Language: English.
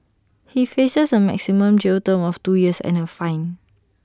he faces A maximum jail term of two years and A fine